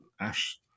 ash